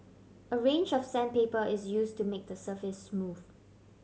a range of sandpaper is use to make the surface smooth